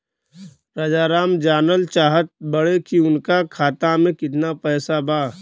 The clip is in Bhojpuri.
राजाराम जानल चाहत बड़े की उनका खाता में कितना पैसा बा?